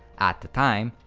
at the time,